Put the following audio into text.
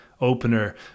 opener